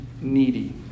needy